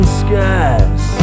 skies